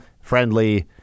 friendly